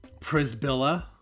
Prisbilla